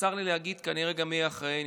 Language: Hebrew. וצר לי להגיד, כנראה גם יהיה אחרי נתניהו.